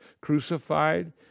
crucified